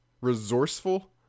Resourceful